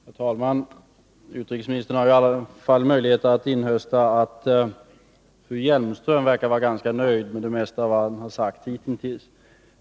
Herr talman! Utrikesministern har i alla fall möjlighet att inhösta att fru Hjelmström verkar vara ganska nöjd med det mesta av vad han har sagt hittills.